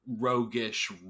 roguish